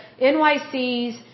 NYC's